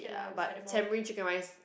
but Tamarind chicken rice